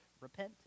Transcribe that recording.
Repent